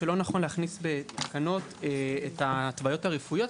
היא שלא נכון להכניס את ההתוויות הרפואיות,